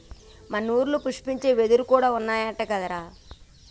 మన ఊరిలో పుష్పించే వెదురులు కూడా ఉన్నాయంట కదరా